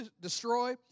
destroy